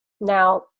Now